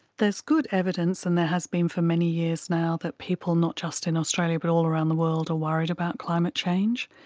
there's good evidence and there has been for many years now that people not just in australia but all around the world are worried about climate change.